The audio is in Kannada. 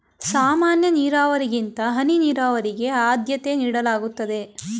ಸಾಮಾನ್ಯ ನೀರಾವರಿಗಿಂತ ಹನಿ ನೀರಾವರಿಗೆ ಆದ್ಯತೆ ನೀಡಲಾಗುತ್ತದೆ